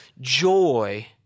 joy